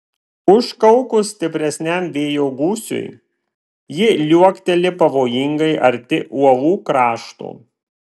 užkaukus stipresniam vėjo gūsiui ji liuokteli pavojingai arti uolų krašto